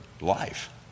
life